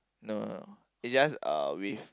no no no it's just uh with